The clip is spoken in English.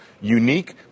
unique